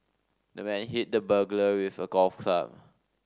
the man hit the burglar with a golf club